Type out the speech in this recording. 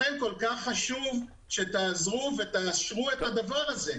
לכן כל כך חשוב שתעזרו ותאשרו את הדבר הזה.